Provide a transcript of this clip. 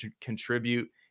contribute